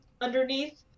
underneath